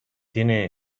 tiene